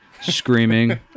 screaming